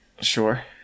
Sure